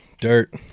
Dirt